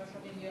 שאני אהיה